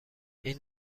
این